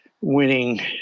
winning